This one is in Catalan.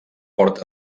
porta